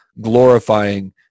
glorifying